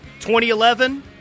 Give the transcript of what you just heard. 2011